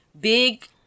big